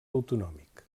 autonòmic